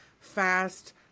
fast